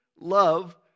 love